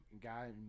guy